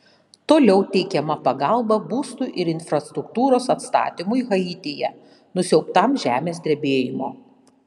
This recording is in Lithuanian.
toliau teikiama pagalba būstų ir infrastruktūros atstatymui haityje nusiaubtam žemės drebėjimo